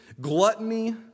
gluttony